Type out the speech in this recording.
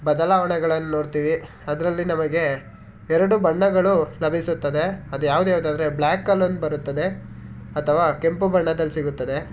ಬದಲಾವಣೆಗಳನ್ನ ನೋಡ್ತೀವಿ ಅದರಲ್ಲಿ ನಮಗೆ ಎರಡು ಬಣ್ಣಗಳು ಲಭಿಸುತ್ತದೆ ಅದು ಯಾವ್ದ್ಯಾವ್ದು ಅಂದರೆ ಬ್ಲ್ಯಾಕಲ್ಲಿ ಒಂದು ಬರುತ್ತದೆ ಅಥವಾ ಕೆಂಪು ಬಣ್ಣದಲ್ಲಿ ಸಿಗುತ್ತದೆ